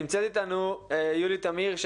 נמצאת איתנו יולי תמיר,